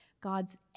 God's